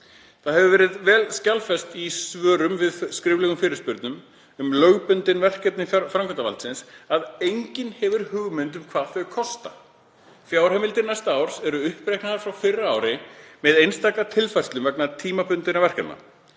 Það hefur verið vel skjalfest í svörum við skriflegum fyrirspurnum um lögbundin verkefni framkvæmdavaldsins að enginn hefur hugmynd um hvað þau kosta. Fjárheimildir næsta árs eru uppreiknaðar frá fyrra ári með einstaka tilfærslum vegna tímabundinna verkefna.